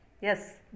Yes